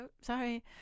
sorry